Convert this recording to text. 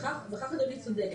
בכך אדוני צודק.